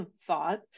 thought